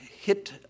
hit